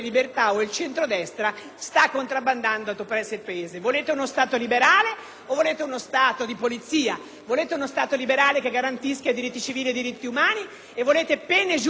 o volete uno Stato di polizia? Volete uno Stato liberale che garantisca i diritti civili e umani e pene adeguate in linea con una giustizia severa e giusta o volete un inasprimento